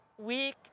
week